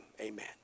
Amen